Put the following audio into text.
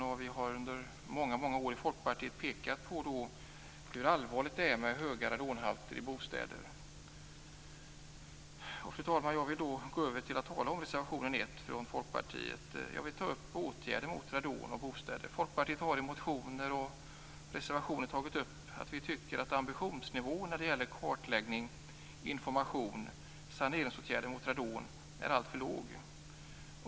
Folkpartiet har under många år pekat på hur allvarligt det är med höga radonhalter i bostäder. Fru talman! I reservation 1 från Folkpartiet behandlas åtgärder mot radon i bostäder. Folkpartiet har i motioner och reservationer tagit upp att ambitionsnivån när det gäller kartläggning av, information om och saneringsåtgärder mot radon är alltför låg.